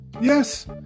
Yes